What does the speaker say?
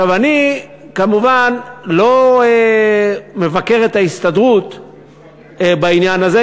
אני כמובן לא מבקר את ההסתדרות בעניין הזה,